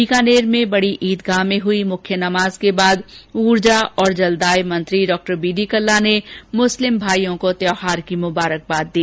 बीकानेर में बडी ईदगाह में हुई मुख्य नमाज के बाद ऊर्जा और जलदाय मंत्री बी डी कल्ला ने मुस्लिम भाइयों को त्यौहार की मुबारकबाद दी